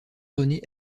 renée